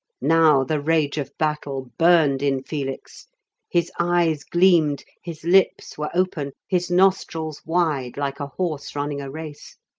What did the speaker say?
now the rage of battle burned in felix his eyes gleamed, his lips were open, his nostrils wide like a horse running a race.